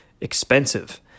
expensive